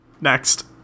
Next